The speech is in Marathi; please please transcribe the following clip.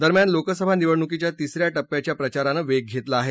दरम्यान लोकसभा निवडणुकीच्या तिसऱ्या टप्प्याच्या प्रचारानं वेग घेतला आहे